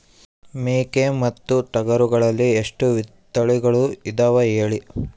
ಮೇಕೆ ಮತ್ತು ಟಗರುಗಳಲ್ಲಿ ಎಷ್ಟು ತಳಿಗಳು ಇದಾವ ಹೇಳಿ?